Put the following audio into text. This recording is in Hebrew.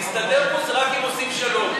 להסתדר פה זה רק אם עושים שלום.